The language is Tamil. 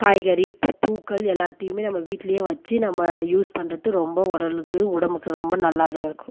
காய்கறி பூ பூக்கள் எல்லாத்தையுமே நம்ம வீட்டிலயே வச்சு நம்ம யூஸ் பண்ணுறது ரொம்ப உடலுக்கு உடம்புக்கு ரொம்ப நல்லாதான் இருக்கும்